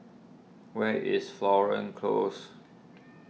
where is Florence Close